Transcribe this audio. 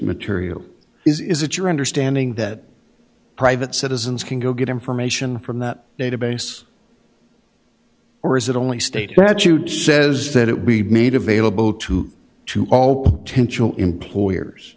material is it your understanding that private citizens can go get information from that database or is it only state that you says that it will be made available to to all employers